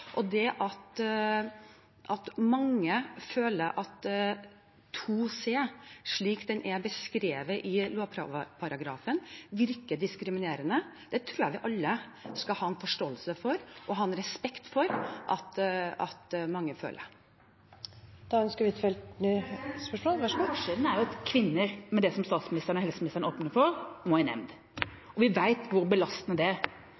Det at mange føler at § 2 c virker diskriminerende, tror jeg vi alle skal ha forståelse og respekt for. Anniken Huitfeldt – til oppfølgingsspørsmål. Det som er forskjellen, er at kvinner, med det som statsministeren og helseministeren åpner for, må i nemnd. Vi vet hvor belastende det kan være for mange kvinner. Det er jo ikke slik at Arbeiderpartiet har forledet nærmest en hel offentlighet. Det er